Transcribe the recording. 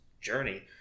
journey